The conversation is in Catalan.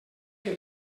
que